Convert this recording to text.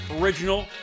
original